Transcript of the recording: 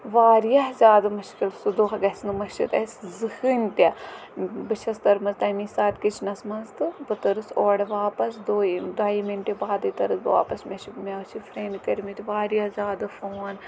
واریاہ زیادٕ مُشکل سُہ دۄہ گژھِ نہٕ مٔشیٖد اَسہِ زٕہٕنۍ تہِ بہٕ چھَس تٔرمٕژ تَمی ساتہٕ کِچنَس منٛز تہٕ بہٕ تٔرٕس اورٕ واپَس دۄیِم دۄیہِ مِنٹہِ بادٕے تہٕ تٔرٕس بہٕ واپَس مےٚ چھِ مےٚ حظ چھِ فرٛٮ۪نٛڈِ کٔرۍ مٕتۍ واریاہ زیادٕ فون